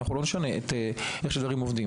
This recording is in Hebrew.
אנחנו לא נשנה איך שהדברים עובדים.